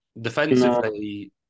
defensively